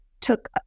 took